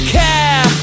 care